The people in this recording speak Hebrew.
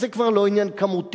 אז זה כבר לא עניין כמותי,